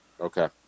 okay